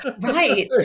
right